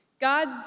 God